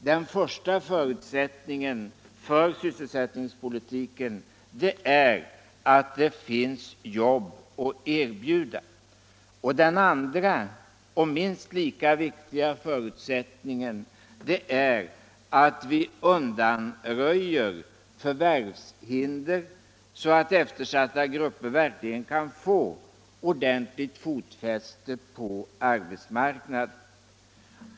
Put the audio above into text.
Den första förutsättningen för sysselsättningspolitiken är att det finns jobb att erbjuda. Den andra och minst lika viktiga förutsättningen är att vi undanröjer förvärvshinder så att eftersatta grupper verkligen kan få ordentligt fotfäste på arbetsmarknaden.